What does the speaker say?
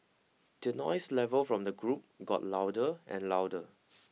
the noise level from the group got louder and louder